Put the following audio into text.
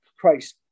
Christ